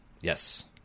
Yes